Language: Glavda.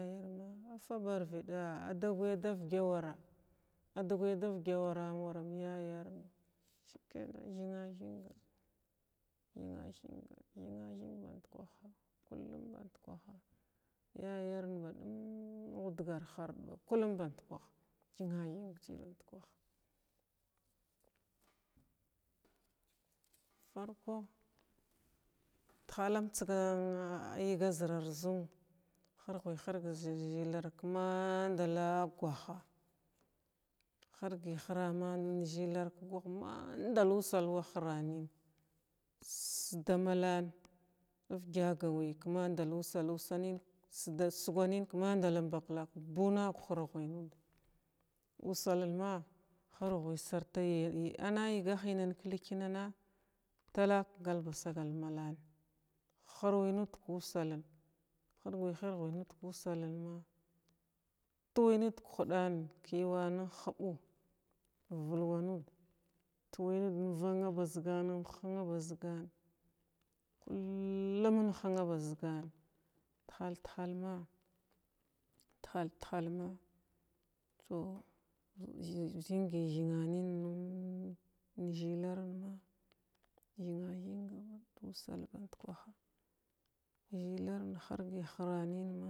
Afaba barvigla agada davgawara aidagya davga wara awanram yayara shikaina hinga-hinga shikaina hinga-hinga hinga-hig badkaha kullum badkaha yayerna hudgar harda ba kullum badkaha hiya-hirg ci badkah farko tiham tsiga zerara zinga hirgi hirg zhilar madala ghaha hirgi hirar mina sida malan pvga gawiya suga nin madala baklaka bunagu hirgi nuda usalin ma hirgi sarta yiga ana yiga hinanan ki laknana taklo kalna sagal malan hirwi nuda kusalin hirgi-hirg nudu kusalna tuwu nud kuhudan yuwah nhubu vulwauud əntuwuu ənuga baziga ənhiba sigan kullum ənhina ba sigan tihal-tihal ma tihal-tihal ma to gihgi-gigu nin zhilarin ma higa-hiuga tusal dadkah.